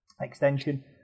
extension